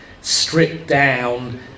stripped-down